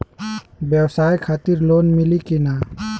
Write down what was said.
ब्यवसाय खातिर लोन मिली कि ना?